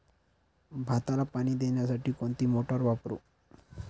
भाताला पाणी देण्यासाठी कोणती मोटार वापरू?